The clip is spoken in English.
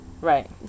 Right